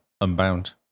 Unbound